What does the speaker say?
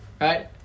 Right